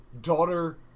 daughter